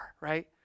Right